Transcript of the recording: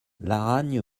laragne